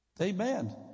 Amen